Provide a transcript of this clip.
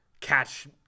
catch